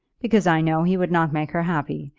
because i know he would not make her happy.